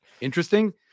interesting